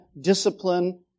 discipline